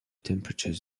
temperature